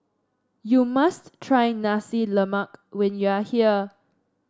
you must try Nasi Lemak when you are here